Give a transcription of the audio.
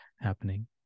happening